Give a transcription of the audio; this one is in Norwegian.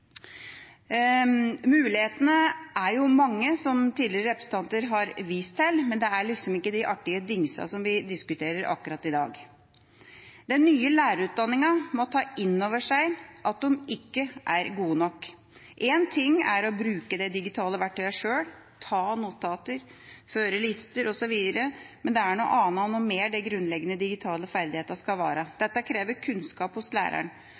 Mulighetene er mange, som representanter tidligere har vist til, men det er ikke de artige dingsene vi diskuterer akkurat i dag. Den nye lærerutdanninga må ta innover seg at man ikke er god nok. Én ting er å bruke de digitale verktøyene sjøl, ta notater, føre lister, osv., men det er noe annet og noe mer de grunnleggende digitale ferdighetene skal være. Dette krever kunnskap hos læreren